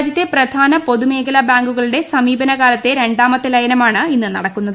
രാജ്യത്തെ പ്രധാന പൊതുമേഖലാ ബാങ്കുകളുടെ സമീപകാലത്തെ രണ്ടാമത്തെ ലയനമാണ് ഇന്ന് നടക്കുന്നത്